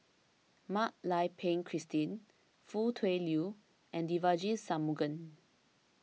Mak Lai Peng Christine Foo Tui Liew and Devagi Sanmugam